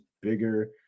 bigger